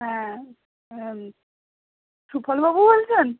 হ্যাঁ সুফলবাবু বলছেন